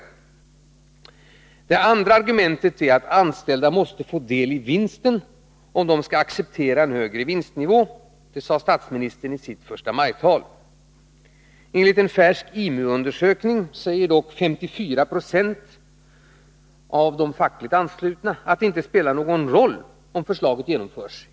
För det andra måste de anställda få del i vinsten om de skall acceptera en högre vinstnivå. Så sade statsministern i sitt förstamajtal. Enligt en färsk IMU-undersökning säger dock 54 96 av de fackligt anslutna att det inte spelar någon roll om förslaget genomförs.